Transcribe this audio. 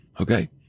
Okay